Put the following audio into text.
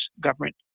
government